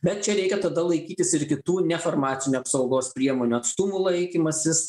bet čia reikia tada laikytis ir kitų nefarmacinių apsaugos priemonių atstumų laikymasis